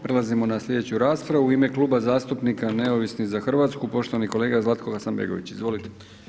Prelazimo na slijedeću raspravu, u ime Kluba zastupnika Neovisni za Hrvatsku, poštovani kolega Zlatko Hasanbegović, izvolite.